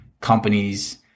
companies